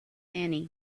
annie